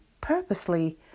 purposely